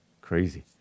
Crazy